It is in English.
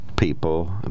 People